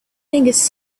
fingers